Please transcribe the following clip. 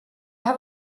have